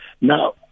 Now